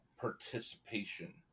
participation